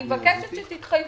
אני מבקשת שתתחייבו,